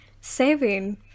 saving